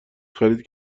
خرید